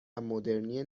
مدرنی